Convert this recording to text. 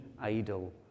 idol